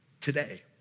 today